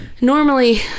normally